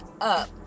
up